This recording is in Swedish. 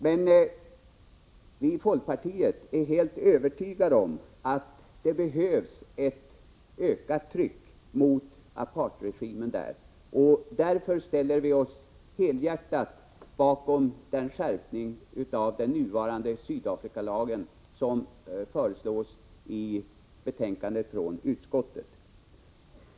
Men vi i folkpartiet är helt övertygade om att det behövs ett ökat tryck mot apartheidregimen där. Därför ställer vi oss helhjärtat bakom den skärpning av den nuvarande Sydafrikalagen som föreslås i betänkandet från utskottet.